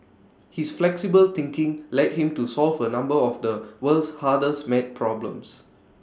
his flexible thinking led him to solve A number of the world's hardest maths problems